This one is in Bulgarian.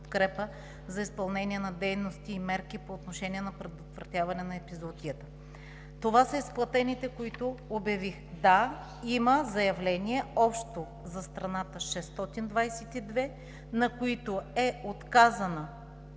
за изпълнение на дейности и мерки по отношение на предотвратяване на епизоотията. Това са изплатените, които обявих. Да, за страната има общо 622 заявления, на които е отказано